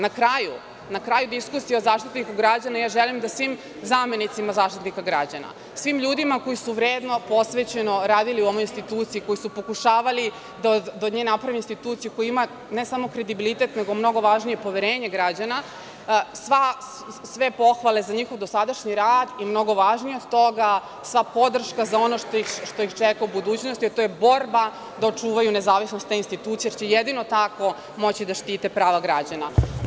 Na kraju diskusije o Zaštitniku građana, ja želim da svim zamenicima Zaštitnika građana, svim ljudima koji su vredno, posvećeno, radili u onoj instituciji, koji su pokušavali da od nje naprave instituciju koja ima ne samo kredibilitet nego i mnogo važnije, poverenje građana, sve pohvale za njihov dosadašnji rad i mnogo važnije od toga, sva podrška za ono što ih čeka u budućnosti, a to je borba da očuvaju nezavisnost te institucije, jer će jedino tako moći da štite prava građana.